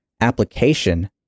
application